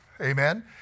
Amen